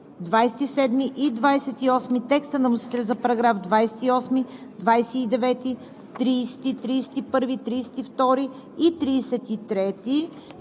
27 и 28; текста на вносителя за параграфи 28, 29, 30, 31, 32 и 33,